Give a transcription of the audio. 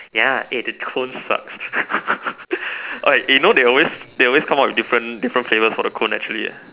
ya at the cone sucks alright you know they always they always come up with different flavors for the cone actually